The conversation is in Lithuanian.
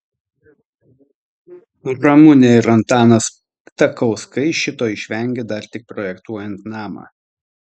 ramunė ir antanas ptakauskai šito išvengė dar tik projektuojant namą